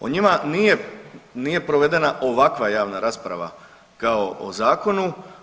O njima nije provedena ovakva javna rasprava kao o zakonu.